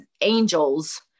angels